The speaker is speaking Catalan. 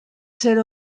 ser